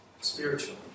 spiritually